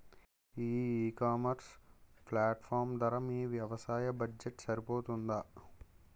ఈ ecommerce platform ధర మీ వ్యవసాయ బడ్జెట్ సరిపోతుందా?